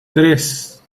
tres